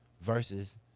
versus